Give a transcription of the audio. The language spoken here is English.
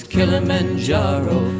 Kilimanjaro